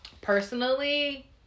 personally